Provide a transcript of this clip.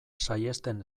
saihesten